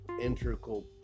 integral